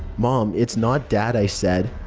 mom, it's not dad, i said.